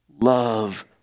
Love